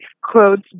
quotes